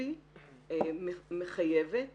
הספציפי מחייבת